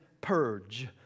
purge